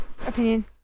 opinion